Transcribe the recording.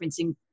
referencing